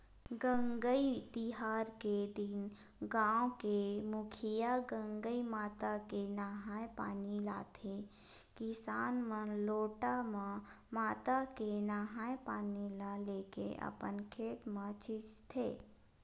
गंगई तिहार के दिन गाँव के मुखिया गंगई माता के नंहाय पानी लाथे किसान मन लोटा म माता के नंहाय पानी ल लेके अपन खेत म छींचथे